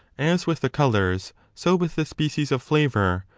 as with the colours, so with the species of flavour,